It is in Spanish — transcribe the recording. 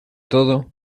todo